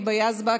היבה יזבק,